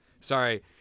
Sorry